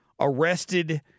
arrested